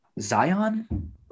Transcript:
Zion